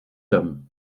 hommes